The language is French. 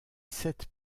sept